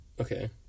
Okay